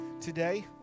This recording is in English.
today